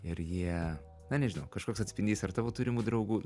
ir jie na nežinau kažkoks atspindys ar tavo turimų draugų